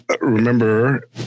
remember